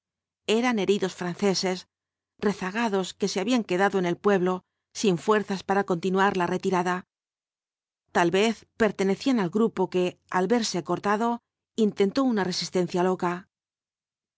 eran heridos franceses rezagados que se habían quedado en el pueblo sin fuerzas para continuar la retirada tal vez pertenecían al grupo que al verse cortado intentó una resistencia loca